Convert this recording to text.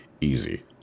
easy